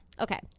Okay